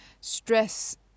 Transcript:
stress